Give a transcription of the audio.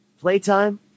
playtime